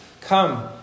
Come